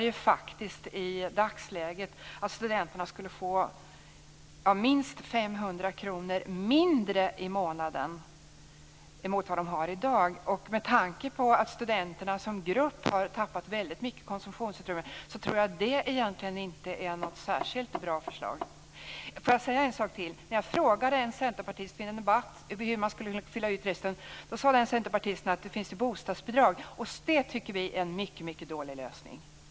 Men det innebär i dagsläget att studenterna skulle få minst 500 kr mindre i månaden mot vad de har i dag. Med tanke på att studenterna som grupp har tappat mycket konsumtionsutrymme, tror jag att det inte är något särskilt bra förslag. Jag frågade en centerpartist vid en debatt hur man skulle fylla ut bristen. Centerpartisten sade att det finns bostadsbidrag. Det tycker vi är en dålig lösning.